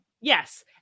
yes